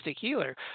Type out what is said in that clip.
healer